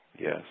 Yes